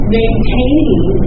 maintaining